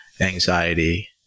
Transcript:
anxiety